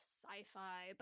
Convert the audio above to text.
sci-fi